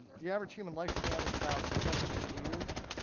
the average human lifespan is about seventy years,